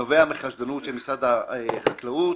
של משרד החקלאות